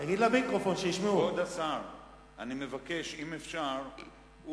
אם אפשר,